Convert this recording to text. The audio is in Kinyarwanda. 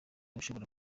ushobora